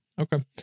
Okay